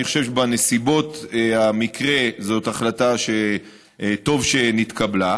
אני חושב שבנסיבות המקרה זאת החלטה שטוב שהתקבלה.